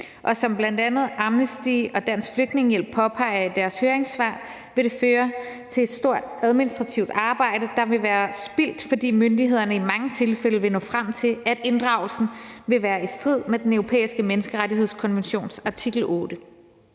som bl.a. Amnesty og Dansk Flygtningehjælp påpeger i deres høringssvar, vil det føre til et stort administrativt arbejde, der vil være spildt, fordi myndighederne i mange tilfælde vil nå frem til, at inddragelsen vil være i strid med den europæiske menneskerettighedskonventions artikel 8.